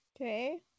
Okay